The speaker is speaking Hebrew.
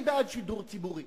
אני בעד שידור ציבורי,